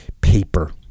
paper